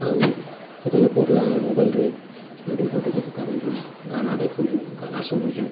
ଆଉ କେତେବେଲେ ବୋର୍ ଲାଗିଲେ ମୋବାଇଲ୍ରେ ଭିଡ଼ିଓ ଫୋଟ୍ ଦେଖି ପାରୁଛୁ ଗାନା ଦେଖୁଛୁ ଗାନା ଶୁନୁଛୁ